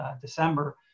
December